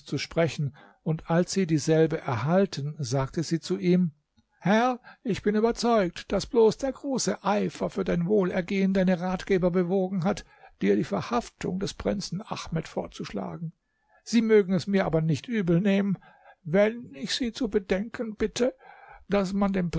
zu sprechen und als sie dieselbe erhalten sagte sie zu ihm herr ich bin überzeugt daß bloß der große eifer für dein wohlergehen deine ratgeber bewogen hat dir die verhaftung des prinzen ahmed vorzuschlagen sie mögen mir es aber nicht übelnehmen wenn ich sie zu bedenken bitte daß man mit dem